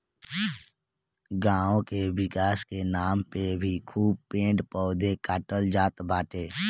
गांव के विकास के नाम पे भी खूब पेड़ पौधा काटल जात बाटे